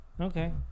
okay